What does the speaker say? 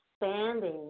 expanding